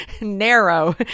narrow